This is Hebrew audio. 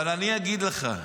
אבל אני אגיד לך,